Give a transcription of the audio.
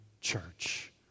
church